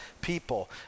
people